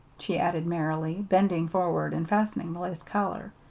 she added merrily, bending forward and fastening the lace collar.